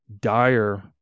dire